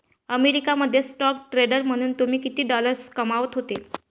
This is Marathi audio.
अमेरिका मध्ये स्टॉक ट्रेडर म्हणून तुम्ही किती डॉलर्स कमावत होते